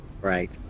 Right